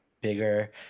bigger